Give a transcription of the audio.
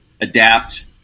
adapt